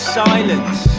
silence